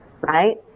right